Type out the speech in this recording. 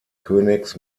königs